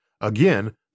Again